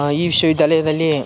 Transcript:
ಈ ವಿಶ್ವವಿದ್ಯಾಲಯದಲ್ಲಿ